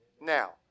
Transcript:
Now